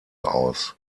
aus